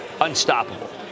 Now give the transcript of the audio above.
unstoppable